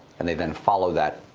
and they then follow that.